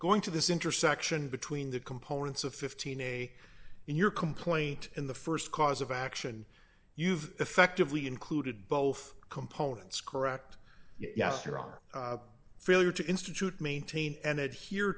going to this intersection between the components of fifteen a in your complaint in the st cause of action you've effectively included both components correct yes there are failure to institute maintain an edge here